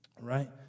right